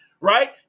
right